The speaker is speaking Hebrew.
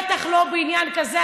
בטח לא בעניין כזה.